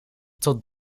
tot